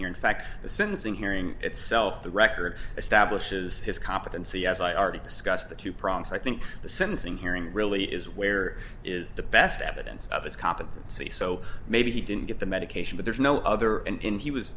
here in fact the sentencing hearing itself the record establishes his competency as i already discussed the two prongs i think the sentencing hearing really is where is the best evidence of his competency so maybe he didn't get the medication but there's no other and he was